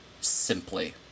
simply